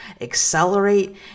accelerate